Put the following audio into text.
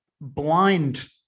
blind